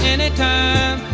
Anytime